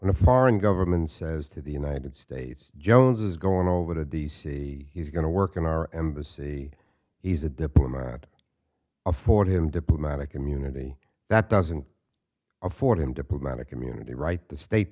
and a foreign government says to the united states jones is going over to d c he's going to work in our embassy he's a diplomat afford him diplomatic immunity that doesn't afford him diplomatic immunity right the state